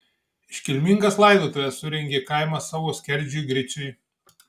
iškilmingas laidotuves surengė kaimas savo skerdžiui griciui